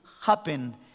happen